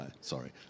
sorry